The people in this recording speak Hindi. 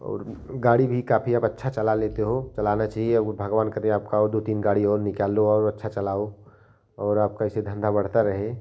और गाड़ी भी काफ़ी आप अच्छा चला लेते हो चलाना चहिए और भगवान करे आपका और दो तीन गाड़ी और निकाल लो और अच्छा चलाओ और आपका ऐसे ही धंधा बढ़ता रहे